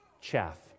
chaff